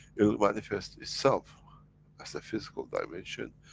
it will manifest itself as the physical dimension,